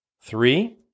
Three